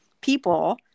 people